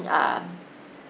err